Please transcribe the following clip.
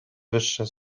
wyższe